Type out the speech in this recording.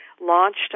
launched